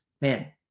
man